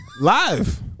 Live